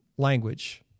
language